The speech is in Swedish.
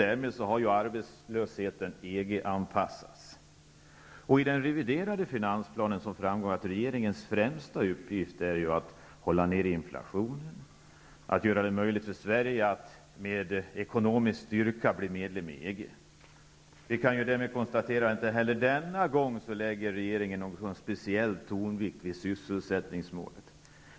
Därmed har arbetslösheten EG Av den reviderade finansplanen framgår att regeringens främsta uppgift är att hålla nere inflationen och göra det möjligt för Sverige att med ekonomisk styrka bli medlem i EG. Vi kan konstatera att regeringen inte heller denna gång lägger någon speciell vikt vid sysselsättningsmålet.